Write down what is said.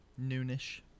Noonish